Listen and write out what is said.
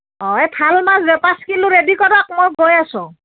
অঁ এই ভাল মাছ পাঁচ কিলো ৰেডি কৰক মই গৈ আছোঁ